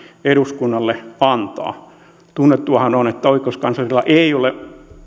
eduskunnalle antaa tunnettuahan on että oikeuskanslerilla ei ole